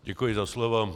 Děkuji za slovo.